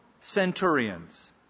centurions